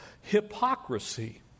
hypocrisy